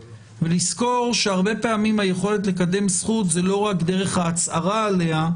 ולזכור שהרבה פעמים היכולת לקדם זכות זה לא רק דרך ההצהרה עליה,